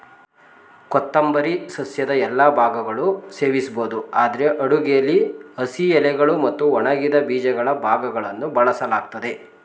ಕೊತ್ತಂಬರಿ ಸಸ್ಯದ ಎಲ್ಲಾ ಭಾಗಗಳು ಸೇವಿಸ್ಬೋದು ಆದ್ರೆ ಅಡುಗೆಲಿ ಹಸಿ ಎಲೆಗಳು ಮತ್ತು ಒಣಗಿದ ಬೀಜಗಳ ಭಾಗಗಳನ್ನು ಬಳಸಲಾಗ್ತದೆ